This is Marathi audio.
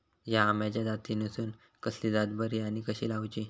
हया आम्याच्या जातीनिसून कसली जात बरी आनी कशी लाऊची?